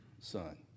son